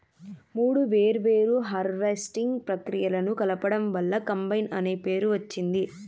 మూడు వేర్వేరు హార్వెస్టింగ్ ప్రక్రియలను కలపడం వల్ల కంబైన్ అనే పేరు వచ్చింది